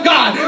God